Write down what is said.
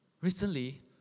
Recently